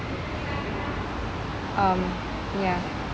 um ya